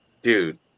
Dude